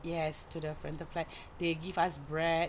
yes to the rental flats they give us bread